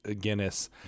Guinness